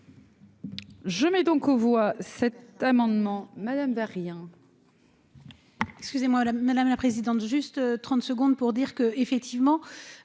Je mets donc on voit cet amendement madame de rien.